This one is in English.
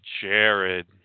Jared